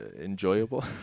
enjoyable